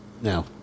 now